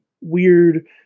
weird